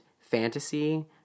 fantasy